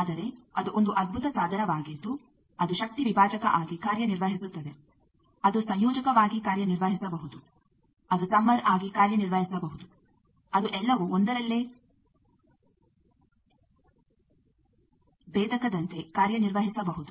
ಆದರೆ ಅದು ಒಂದು ಅದ್ಭುತ ಸಾಧನವಾಗಿದ್ದು ಅದು ಶಕ್ತಿ ವಿಭಾಜಕ ಆಗಿ ಕಾರ್ಯ ನಿರ್ವಹಿಸುತ್ತದೆ ಅದು ಸಂಯೋಜಕವಾಗಿ ಕಾರ್ಯನಿರ್ವಹಿಸಬಹುದು ಅದು ಸಮ್ಮರ್ ಆಗಿ ಕಾರ್ಯನಿರ್ವಹಿಸಬಹುದು ಅದು ಎಲ್ಲವೂ ಒಂದರಲ್ಲೇ ಭೇದಕದಂತೆ ಕಾರ್ಯನಿರ್ವಹಿಸಬಹುದು